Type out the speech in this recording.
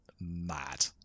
mad